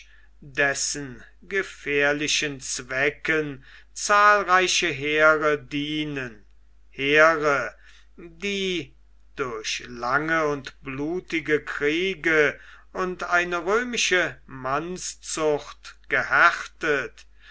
dessen gefährlichen zwecken zahlreiche heere dienen heere die durch lange blutige kriege und eine römische mannszucht gehärtet